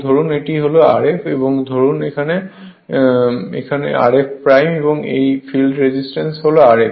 ধরুন এটি হল Rf সুতরাং যেমন এখানে Rf এবং এই ফিল্ড রেজিস্ট্যান্স হল Rf